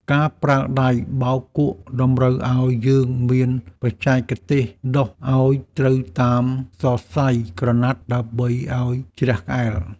ការប្រើដៃបោកគក់តម្រូវឱ្យយើងមានបច្ចេកទេសដុសឱ្យត្រូវតាមសរសៃក្រណាត់ដើម្បីឱ្យជ្រះក្អែល។